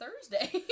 Thursday